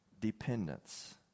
dependence